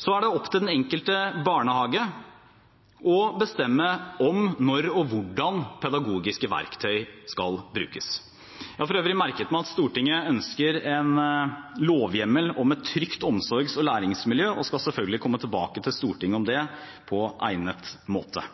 Så er det opp til den enkelte barnehage å bestemme om, når og hvordan pedagogiske verktøy skal brukes. Jeg har for øvrig merket meg at Stortinget ønsker en lovhjemmel om et trygt omsorgs- og læringsmiljø, og skal selvfølgelig komme tilbake til Stortinget med det på egnet måte.